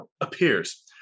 Appears